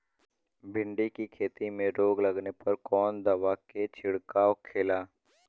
भिंडी की खेती में रोग लगने पर कौन दवा के छिड़काव खेला?